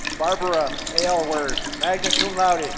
barbara aylward, magna cum laude.